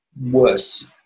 worse